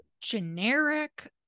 generic